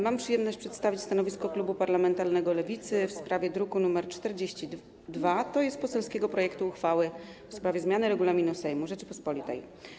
Mam przyjemność przedstawić stanowisko klubu parlamentarnego Lewicy w sprawie projektu z druku nr 42, tj. poselskiego projektu uchwały w sprawie zmiany regulaminu Sejmu Rzeczypospolitej.